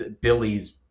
Billy's